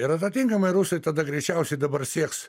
ir atatinkamai rusai tada greičiausiai dabar sieks